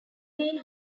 been